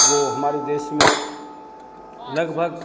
वह हमारे देश में लगभग